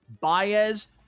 Baez